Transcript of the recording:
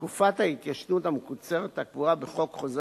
תקופת ההתיישנות המקוצרת הקבועה בחוק חוזה